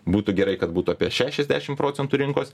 būtų gerai kad būtų apie šešiasdešim procentų rinkos